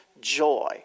joy